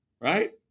right